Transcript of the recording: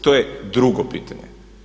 To je drugo pitanje.